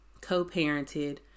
co-parented